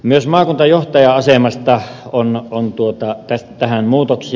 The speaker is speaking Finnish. myös maakuntajohtajan asemaan on tässä muutoksia